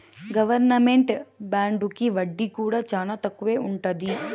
government బాండుకి వడ్డీ కూడా చానా తక్కువే ఉంటది